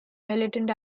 militant